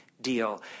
deal